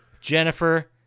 Jennifer